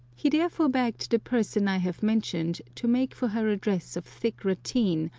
he therefore begged the person i have mentioned to make for her a dress of thick ratteen,